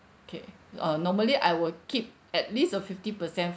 okay uh normally I will keep at least a fifty percent